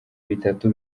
bitatu